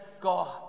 God